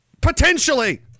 Potentially